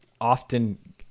often